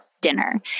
dinner